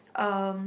um